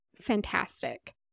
Fantastic